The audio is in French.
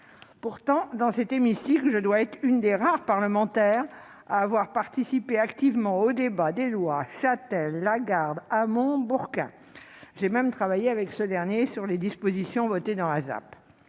Pourtant, dans cet hémicycle, je dois être l'une des rares parlementaires à avoir participé activement aux débats des lois Chatel, Lagarde, Hamon et de l'amendement Bourquin. J'ai même travaillé avec ce dernier sur les dispositions votées dans la loi